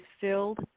filled